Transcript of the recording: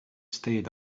stayed